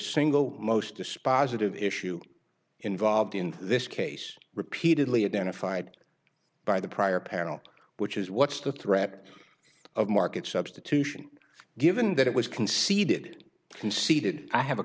single most dispositive issue involved in this case repeatedly identified by the prior panel which is what's the threat of market substitution given that it was conceded conceded i have a